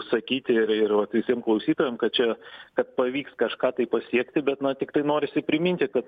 sakyti ir ir vat visiem klausytojam kad čia kad pavyks kažką tai pasiekti bet na tiktai norisi priminti kad